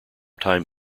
time